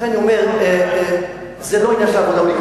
לכן אני אומר שזה לא עניין של העבודה או לא,